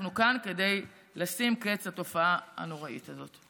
אנחנו כאן כדי לשים קץ לתופעה הנוראית הזאת.